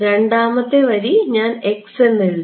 രണ്ടാമത്തെ വരി ഞാൻ x എന്നെഴുതി